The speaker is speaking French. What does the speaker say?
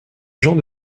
gens